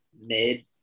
mid